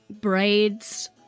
braids